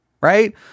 right